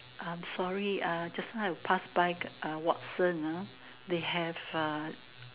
I'm sorry uh just now I passed uh by Watsons ah they have ah